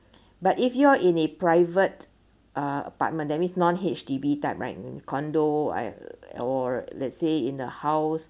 but if you're in a private uh apartment that means non H_D_B type right condo I or let's say in the house